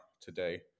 today